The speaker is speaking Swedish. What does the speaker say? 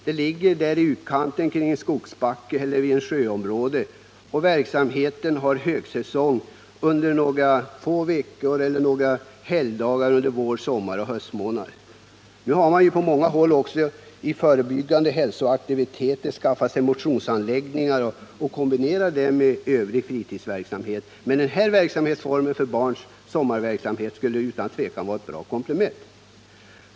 De ligger där i utkanten vid en skogsbacke eller vid ett sjöområde, och verksamheten har högsäsong under några få veckor eller några helgdagar under vår-, sommaroch höstmånaderna. Nu har man ju också på många håll i förebyggande syfte skaffat sig motionsanläggningar och kombinerar detta med övrig fritidsverksamhet, men den här sommarverksamheten för barn skulle utan tvivel vara ett bra komplement.